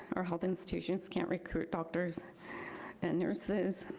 our health institutions can't recruit doctors and nurses,